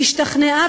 היא השתכנעה,